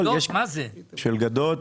ניר נחאייסי של גדות.